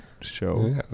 show